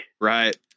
right